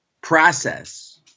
process